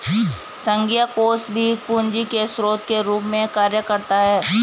संघीय कोष भी पूंजी के स्रोत के रूप में कार्य करता है